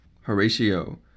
Horatio